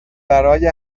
برای